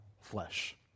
flesh